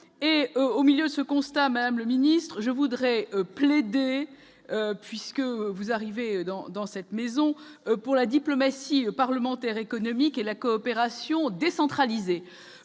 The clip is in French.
au milieu, ce constat Madame le ministre, je voudrais plaider puisque vous arrivez dans dans cette maison pour la diplomatie parlementaire économiques et la coopération décentralisée,